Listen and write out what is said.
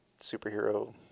superhero